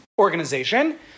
organization